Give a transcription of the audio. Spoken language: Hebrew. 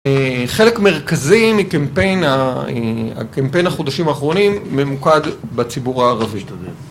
חלק מרכזי מקמפיין החודשים האחרונים, ממוקד בציבור הערבי.